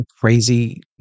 crazy